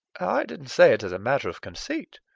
i didn't say it as a matter of conceit.